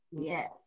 yes